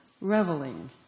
reveling